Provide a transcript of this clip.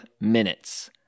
minutes